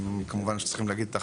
כמובן שצריכים להגיד את ההחלטה.